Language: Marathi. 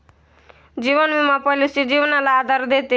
जीवन विमा पॉलिसी जीवनाला आधार देते